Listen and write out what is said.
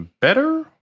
better